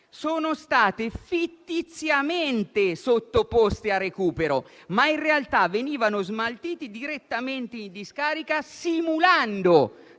sono state fittiziamente sottoposte a recupero, ma in realtà venivano smaltite direttamente in discarica simulando